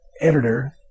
editor